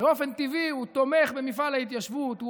באופן טבעי הוא תומך במפעל ההתיישבות,